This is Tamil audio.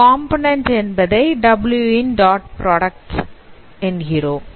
காம்போநன்ண்ட் என்பதை W ன் டாட் ப்ராடக்ட் ஆகும்